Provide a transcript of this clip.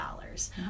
dollars